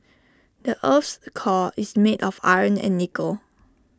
the Earth's core is made of iron and nickel